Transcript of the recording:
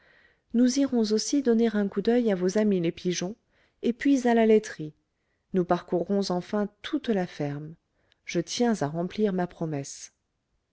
nous irons aussi donner un coup d'oeil à vos amis les pigeons et puis à la laiterie nous parcourrons enfin toute la ferme je tiens à remplir ma promesse